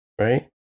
right